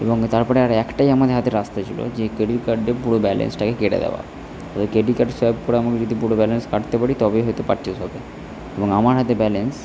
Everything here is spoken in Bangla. এবং তারপরে আর একটাই আমাদের হাতে রাস্তা ছিলো যে ক্রেডিট কার্ডের পুরো ব্যালেন্সটাকে কেটে দেওয়া এবার ক্রেডিট কার্ডের সোয়াইপ পুরো এখন যদি পুরো ব্যালেন্সটা কাটতে পারি তবেই হয়তো পারচেস হবে এবং আমার হাতে ব্যালেন্স